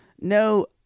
No